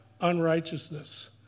unrighteousness